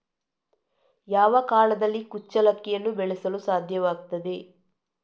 ಯಾವ ಕಾಲದಲ್ಲಿ ಕುಚ್ಚಲಕ್ಕಿಯನ್ನು ಬೆಳೆಸಲು ಸಾಧ್ಯವಾಗ್ತದೆ?